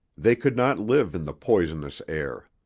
they could not live in the poisonous air.